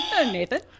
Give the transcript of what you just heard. Nathan